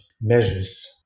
measures